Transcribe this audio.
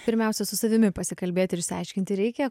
pirmiausia su savimi pasikalbėt ir išsiaiškinti reikia